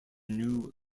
new